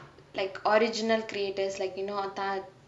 like original creators like you know அதா:athaa